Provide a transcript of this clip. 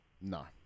No